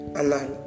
anal